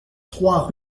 trois